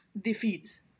defeat